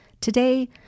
Today